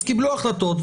אז קיבלו החלטות,